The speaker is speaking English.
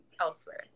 elsewhere